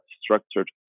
structured